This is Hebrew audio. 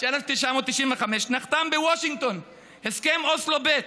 1995 נחתם בוושינגטון הסכם אוסלו ב',